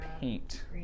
paint